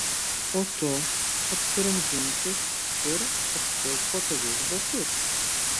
o tu apsirenk džinsus ir apsiauk patogius batus